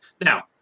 Now